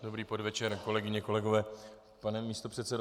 Dobrý podvečer, kolegyně, kolegové, pane místopředsedo.